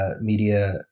media